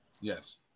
Yes